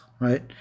right